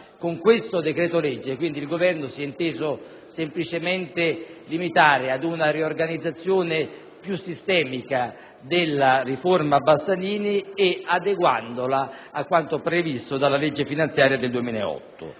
Con il decreto-legge in esame, quindi, il Governo ha inteso semplicemente limitarsi ad una riorganizzazione sistematica della riforma Bassanini, adeguandola a quanto previsto dalla legge finanziaria 2008.